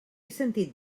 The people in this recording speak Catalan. sentit